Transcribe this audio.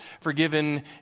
forgiven